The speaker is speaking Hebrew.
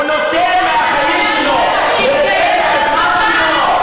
הוא נותן מהחיים שלו, הוא נותן מהזמן שלו.